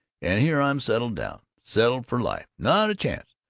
and here i'm settled down settled for life not a chance!